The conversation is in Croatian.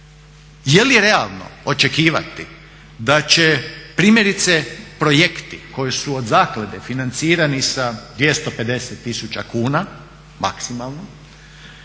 Je li realno očekivati da će primjerice projekti koji su od zaklade financirani sa 250 000 kuna maksimalno